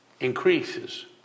increases